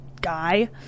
guy